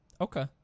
Okay